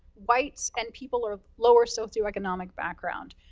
whites, and people of lower socioeconomic background.